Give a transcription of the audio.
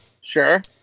Sure